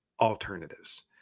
alternatives